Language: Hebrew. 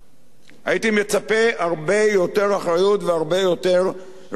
הייתי מצפה להרבה יותר אחריות ולהרבה יותר רצינות.